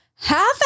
Half